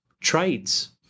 Trades